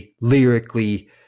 lyrically